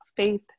faith